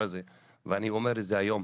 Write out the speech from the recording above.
אני אומר את זה היום,